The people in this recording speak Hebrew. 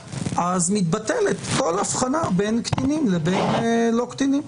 אז מתבטלת הכול ההבחנה בין קטינים לבין לא קטינים.